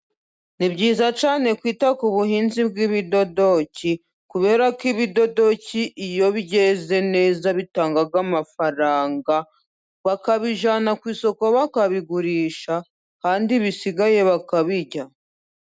Ni byiza cyane kwita ku buhinzi bw'ibidodoki kubera ko ibidodoki iyo bi byeze neza bitanga amafaranga, bakabijyana ku isoko bakabigurisha, kandi ibisigaye bakabirya.